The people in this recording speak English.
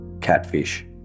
catfish